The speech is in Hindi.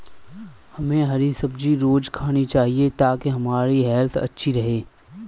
हमे हरी सब्जी रोज़ खानी चाहिए ताकि हमारी हेल्थ अच्छी रहे